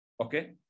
Okay